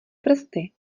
prsty